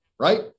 right